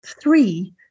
three